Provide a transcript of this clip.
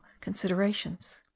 considerations